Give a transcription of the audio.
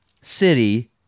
city